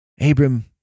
Abram